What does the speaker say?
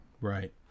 Right